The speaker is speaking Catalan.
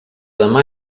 demà